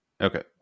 Okay